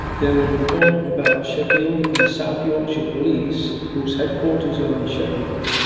there will be more about sheffield and south yorkshire police, hose headquarters are in sheffield,